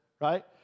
right